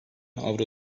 avro